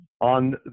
on